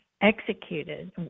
executed